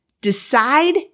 decide